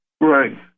Right